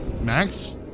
Max